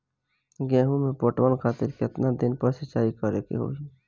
गेहूं में पटवन खातिर केतना दिन पर सिंचाई करें के होई?